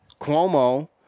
Cuomo